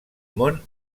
món